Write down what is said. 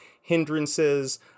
hindrances